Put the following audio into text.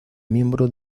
miembro